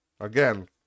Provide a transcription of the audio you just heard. Again